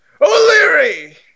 O'Leary